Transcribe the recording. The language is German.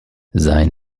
sein